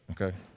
okay